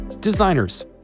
Designers